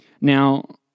Now